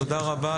תודה רבה.